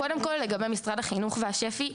קודם כל לגבי משרד החינוך והשפ"י,